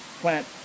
plant